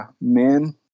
men